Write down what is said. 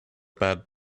bad